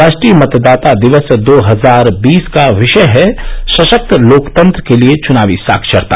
राष्ट्रीय मतदाता दिवस दो हजार बीस का विषय है सशक्त लोकतंत्र के लिए चुनावी साक्षरता